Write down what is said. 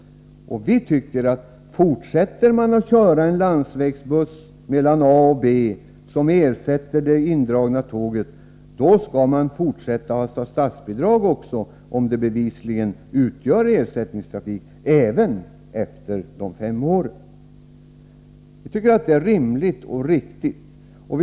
Vi tycker att fortsätter man att köra en landsvägsbuss mellan A och B, som ersätter det indragna tåget, då skall man också i fortsättningen få statsbidrag — om det bevisligen är ersättningstrafik — även efter de fem åren. Det anser vi vara rimligt och riktigt.